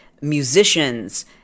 musicians